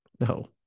No